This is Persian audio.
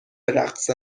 رقص